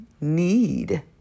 need